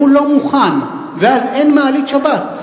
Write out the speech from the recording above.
הוא לא מוכן, ואז אין מעלית שבת.